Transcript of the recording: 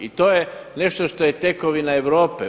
I to je nešto što je tekovina Europe.